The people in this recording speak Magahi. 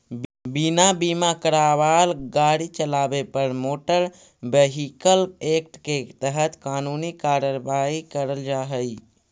बिना बीमा करावाल गाड़ी चलावे पर मोटर व्हीकल एक्ट के तहत कानूनी कार्रवाई करल जा हई